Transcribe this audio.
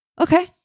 Okay